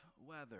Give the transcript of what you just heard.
weather